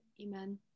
amen